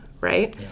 right